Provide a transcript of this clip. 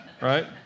Right